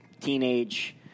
teenage